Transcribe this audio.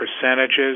percentages